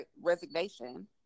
resignation